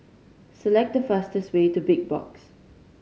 select the fastest way to Big Box